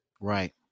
right